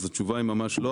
אז התשובה היא ממש לא.